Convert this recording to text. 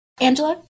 Angela